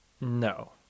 No